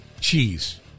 Cheese